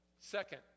Second